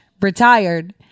retired